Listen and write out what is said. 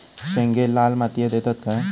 शेंगे लाल मातीयेत येतत काय?